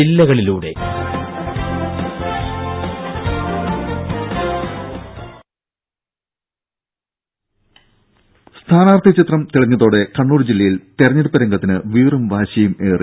ദേദ സ്ഥാനാർത്ഥി ചിത്രം തെളിഞ്ഞതോടെ കണ്ണൂർ ജില്ലയിൽ തെരഞ്ഞെടുപ്പ് രംഗത്തിന് വീറും വാശിയും ഏറി